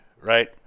Right